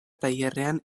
tailerrean